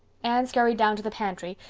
anne scurried down to the pantry,